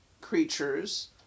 creatures